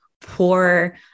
poor